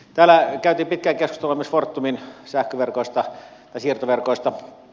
täällä käytiin pitkään keskustelua myös fortumin siirtoverkoista